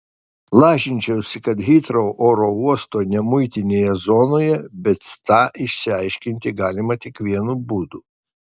lažinčiausi kad hitrou oro uosto nemuitinėje zonoje bet tą išsiaiškinti galima vienu būdu